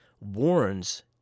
warns